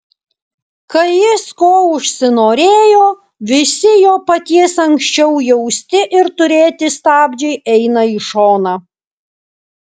kai jis ko užsinorėjo visi jo paties anksčiau jausti ir turėti stabdžiai eina į šoną